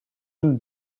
een